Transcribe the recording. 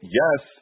yes